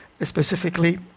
specifically